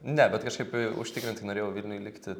ne bet kažkaip užtikrintai norėjau vilniuj likti